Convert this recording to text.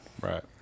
Right